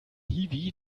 hiwi